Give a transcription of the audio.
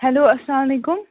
hello اسلام علیکُم